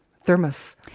Thermos